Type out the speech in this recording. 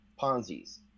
Ponzi's